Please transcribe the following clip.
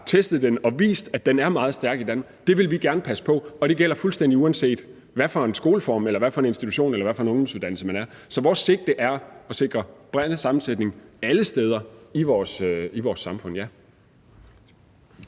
og den viste, at den er meget stærk i Danmark, og det vil vi gerne passe på, og det gælder, fuldstændig uanset hvilken skoleform eller institution eller ungdomsuddannelse man er på. Så ja, vores sigte er at sikre bred sammensætning alle steder i vores samfund.